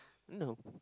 no